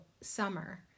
summer